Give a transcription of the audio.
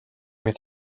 with